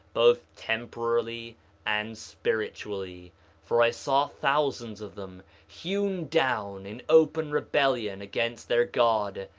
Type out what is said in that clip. both temporally and spiritually for i saw thousands of them hewn down in open rebellion against their god,